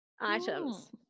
items